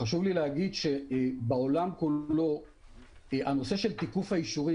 חשוב לי להגיד שבעולם כולו הנושא של תיקוף האישורים